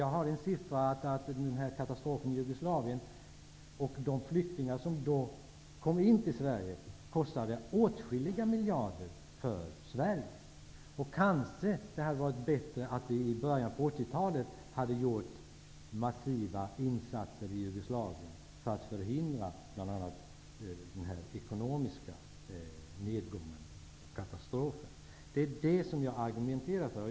Jag har en siffra på att katastrofen i Jugoslavien och de flyktingar som då kom till Sverige kostade Sverige åtskilliga miljarder. Kanske det hade varit bättre att vi i början av 80-talet hade gjort massiva insatser för att hindra bl.a. den ekonomiska katastrofen i Jugoslavien. Det är vad jag argumenterar för.